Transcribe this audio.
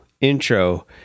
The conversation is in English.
intro